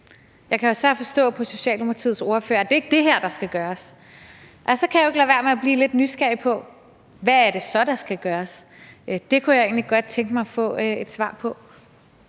Jeg kan jo så forstå på Socialdemokratiets ordfører, at det ikke er det her, der skal gøres. Og så kan jeg jo ikke lade være med at blive lidt nysgerrig på, hvad det så er, der skal gøres. Det kunne jeg egentlig godt tænke mig at få et svar på.